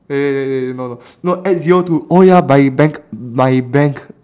wait wait wait wait no no no add zero to oh ya by bank my bank